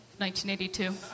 1982